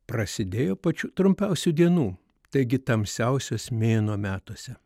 prasidėjo pačių trumpiausių dienų taigi tamsiausias mėnuo metuose